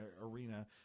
arena